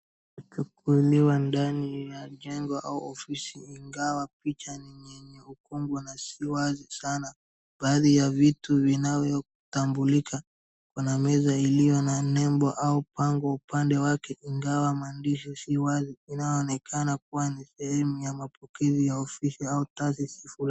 Imechukuliwa ndani ya jengo au ofisi ingawa picha ni nyeupe, ukungu na si wazi sana. Baadhi ya vitu vinavyotambulika kuna meza iliyo na nembo au pango upande wake ingawa maandishi si wazi inaonekana kuwa ni sehemu ya mapokezi ya ofisi au taasisi.